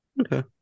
Okay